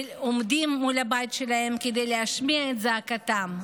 ועומדים מול הבית שלהם כדי להשמיע את זעקתם.